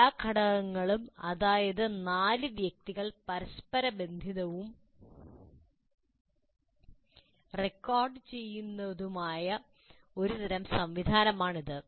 എല്ലാ ഘടകങ്ങളും അതായത് നാല് വ്യക്തികൾ പരസ്പരബന്ധിതവും റെക്കോർഡുചെയ്യുന്നതുമായ ഒരു തരം സംവിധാനമാണിത്